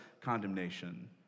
condemnation